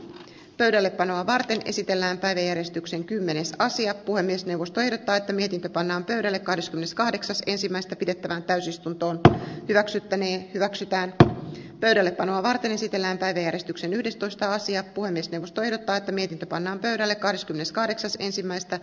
pöydällepanoa varten esitellään päiväjärjestyksen kymmenessä asia puhemiesneuvosto ehdottaa että niitä pannaan pöydälle kahdeskymmeneskahdeksas ensimmäistä pidettävään täysistuntoon ja hyväksyttäneen hyväksytään että pöydällepanoa varten esitellään päiväjärjestyksen yhdestoista sija puhemiesneuvosto ehdottaa että ne pannaan pöydälle kahdeskymmeneskahdeksas ensimmäistä